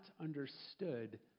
understood